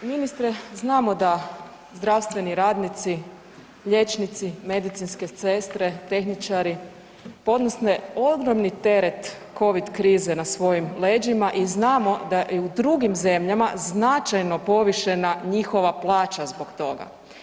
Ministre, znamo da zdravstveni radnici, liječnici, medicinske sestre, tehničari podnose ogromni teret Covid krize na svojim leđima i znamo da i u drugim zemljama značajno povišena njihova plaća zbog toga.